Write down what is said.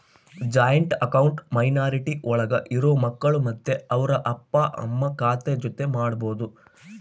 joint account minority ಒಳಗ ಇರೋ ಮಕ್ಕಳು ಮತ್ತೆ ಅವ್ರ ಅಪ್ಪ ಅಮ್ಮ ಖಾತೆ ಜೊತೆ ಮಾಡ್ಬೋದು